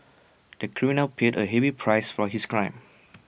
the criminal paid A heavy price for his crime